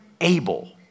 able